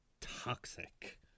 toxic